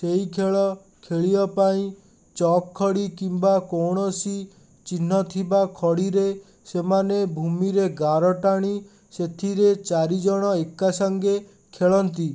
ସେଇ ଖେଳ ଖେଳିବା ପାଇଁ ଚକ୍ ଖଡ଼ି କିମ୍ବା କୌଣସି ଚିହ୍ନ ଥିବା ଖଡ଼ିରେ ସେମାନେ ଭୂମିରେ ଗାର ଟାଣି ସେଥିରେ ଚାରିଜଣ ଏକା ସାଙ୍ଗେ ଖେଳନ୍ତି